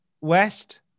West